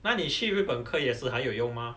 那你去日本课也是还有用吗